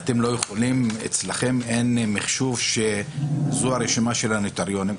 אצלכם אין מחשוב של הרשימה של הנויטרונים.